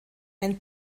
ein